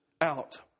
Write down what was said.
out